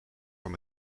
van